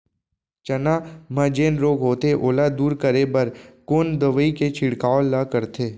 चना म जेन रोग होथे ओला दूर करे बर कोन दवई के छिड़काव ल करथे?